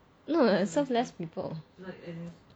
no no serve less people